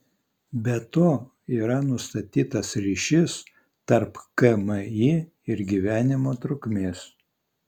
be to yra nustatytas ryšys tarp kmi ir gyvenimo trukmės